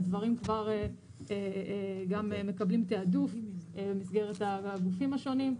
הדברים כבר מקבלים תעדוף במסגרת הגופים השונים.